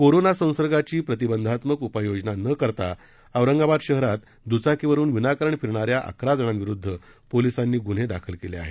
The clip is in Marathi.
कोरोना संसर्गाची प्रतिबंधात्मक उपाययोजना न करता औरंगाबाद शहरात दृचाकीवरून विनाकारण फिरणाऱ्या अकरा जणांविरोधात पोलिसांनी गुन्हे दाखल केले आहेत